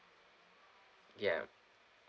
ya